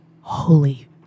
Holy